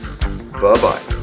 Bye-bye